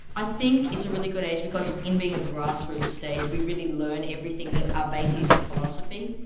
i think it's a really good age because in being a grassroots stage, we really learn everything that are bases for philosophy.